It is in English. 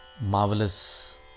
marvelous